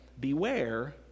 beware